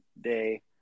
day